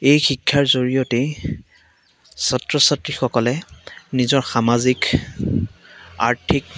এই শিক্ষাৰ জৰিয়তেই ছাত্ৰ ছাত্ৰীসকলে নিজৰ সামাজিক আৰ্থিক